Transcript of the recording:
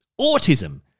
Autism